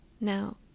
Now